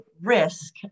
risk